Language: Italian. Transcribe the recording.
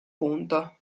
punto